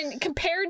compared